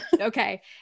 okay